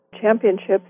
Championships